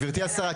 גברתי השרה,